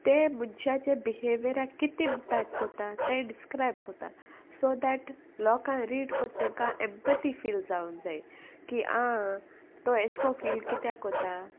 तें मुनशाचे बिहेवियराक कितें इमपॅक्ट कोता तें डिस्क्रायब कोता सो दॅट लोका रीड कोत् तेंकां एम्पती फील जावंक जाय की आं तो एशको फील कित्याक कोता